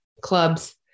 clubs